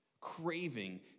craving